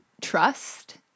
trust